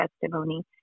testimony